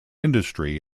industry